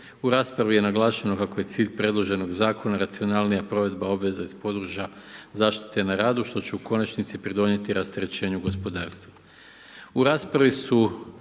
U raspravi je naglašeno kako je cilj predloženog zakona racionalnija provedba obveza iz područja zaštite na radu, što će u konačnici pridonijeti rasterećenju gospodarstva.